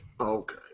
Okay